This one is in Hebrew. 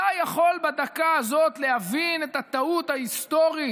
אתה יכול בדקה הזאת להבין את הטעות ההיסטורית,